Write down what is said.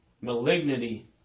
malignity